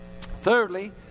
Thirdly